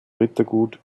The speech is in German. rittergut